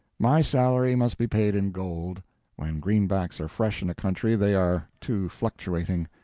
my salary must be paid in gold when greenbacks are fresh in a country, they are too fluctuating.